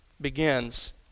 begins